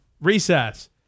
recess